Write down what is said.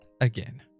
again